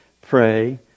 pray